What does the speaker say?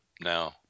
now